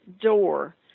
door